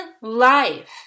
life